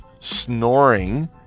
snoring